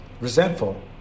resentful